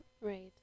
right